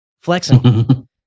flexing